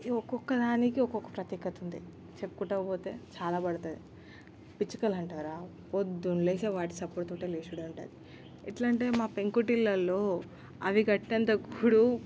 ఒక్కొక్క దానికి ఒక్కొక్క ప్రత్యేకత ఉంది చెప్పుకుంటా పోతే చాలా పడతది పిచ్చుకలు అంటారా ప్రొద్దున లేస్తే వాటి చప్పుడుతోటే లేవడం ఉంటుంది ఎట్లా అంటే మా పెంకుటిళ్ళలో అవి కట్టేంత గూడు